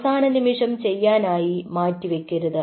അവസാന നിമിഷം ചെയ്യാനായി മാറ്റി വയ്ക്കരുത്